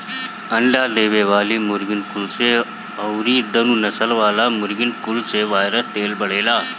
अंडा देवे वाली मुर्गीन कुल से अउरी दुनु नसल वाला मुर्गिन कुल से बायलर तेज बढ़ेला